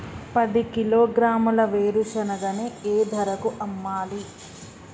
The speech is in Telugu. పది కిలోగ్రాముల వేరుశనగని ఏ ధరకు అమ్మాలి?